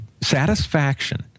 satisfaction